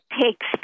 takes